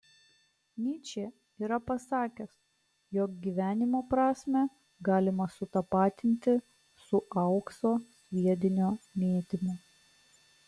nyčė yra pasakęs jog gyvenimo prasmę galima sutapatinti su aukso sviedinio mėtymu